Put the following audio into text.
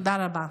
תודה רבה.